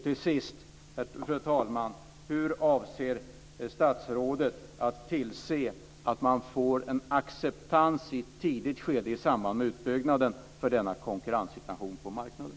Till sist, fru talman: Hur avser statsrådet tillse att man får en acceptans i ett tidigt skede i samband med utbyggnaden för denna konkurrenssituation på marknaden?